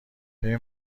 ببین